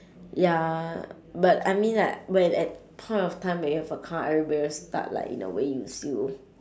ya but I mean like when at point of time when you have a car everybody will start like in a way use you